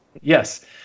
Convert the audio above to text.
yes